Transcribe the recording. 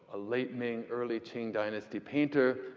a late ming, early qing dynasty painter,